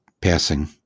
passing